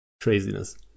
craziness